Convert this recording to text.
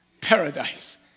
Paradise